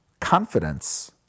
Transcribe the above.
confidence